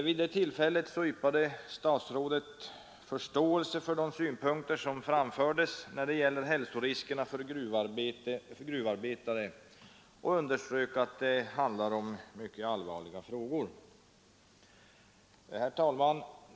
Vid det tillfället yppade statsrådet förståelse för de synpunkter som framfördes när det gäller hälsoriskerna för gruvarbetare och underströk att det handlar om mycket allvarliga frågor. Herr talman!